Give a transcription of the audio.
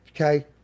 Okay